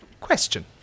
Question